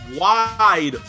wide